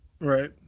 Right